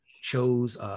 chose